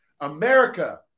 America